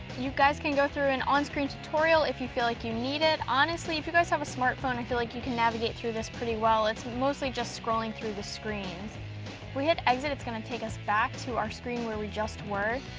you guys can go through an on screen tutorial if you feel like you need it. honestly if you guys have a smartphone i feel like you can navigate through this pretty well. it's mostly just scrolling through the screens. if we hit exit it's gonna take us back to our screen where we just were.